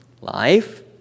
Life